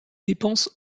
dépenses